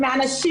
20% מהנשים